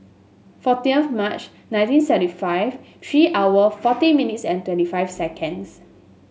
fourteenth of March nineteen seventy five three hour forty minutes and twenty five seconds